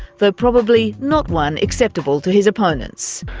though probably not one acceptable to his opponents.